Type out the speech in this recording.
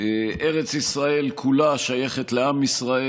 ארץ ישראל כולה שייכת לעם ישראל.